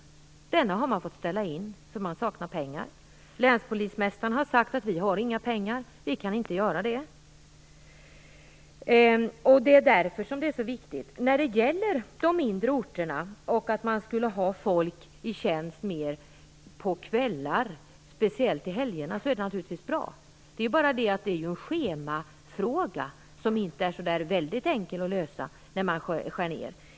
Denna utbildning har man nu fått ställa in, då man saknar pengar. Länspolismästaren har sagt att man inte har några pengar och därför inte kan anordna någon kurs. Att ha mer folk i tjänst på kvällar, speciellt på helgerna, på de mindre orterna är naturligtvis bra. Det är bara det att det är en schemafråga som inte är så väldigt enkel att lösa när det nu görs nedskärningar.